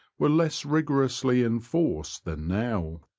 were less rigorously enforced than now.